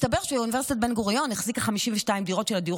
מסתבר שאוניברסיטת בן-גוריון החזיקה 52 דירות של הדיור